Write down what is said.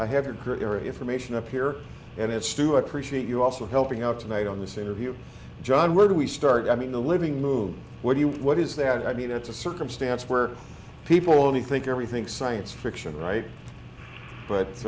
career information up here and it's to appreciate you also helping out tonight on this interview john where do we start i mean the living room what do you what is the i mean it's a circumstance where people only think everything's science fiction right but